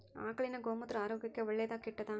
ಆಕಳಿನ ಗೋಮೂತ್ರ ಆರೋಗ್ಯಕ್ಕ ಒಳ್ಳೆದಾ ಕೆಟ್ಟದಾ?